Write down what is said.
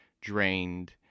drained